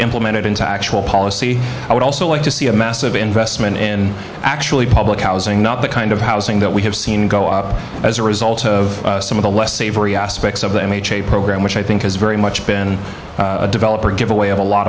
implemented into actual policy i would also like to see a massive investment in actually public housing not the kind of housing that we have seen go up as a result of some of the less savory aspects of the m h a program which i think has very much been a developer give away of a lot